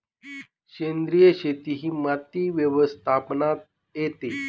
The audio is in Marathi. सेंद्रिय शेती ही माती व्यवस्थापनात येते